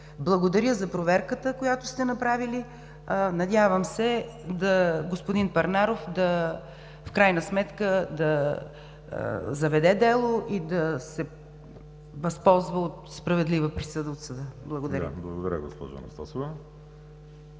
Благодаря за проверката, която сте направили. Надявам се господин Парнаров в крайна сметка да заведе дело и да се възползва от справедлива присъда от съда. Благодаря. ПРЕДСЕДАТЕЛ ВАЛЕРИ